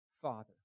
father